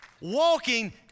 walking